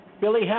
Billy